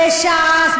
בש"ס,